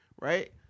right